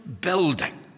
building